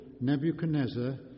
Nebuchadnezzar